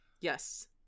Yes